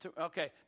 Okay